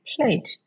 plate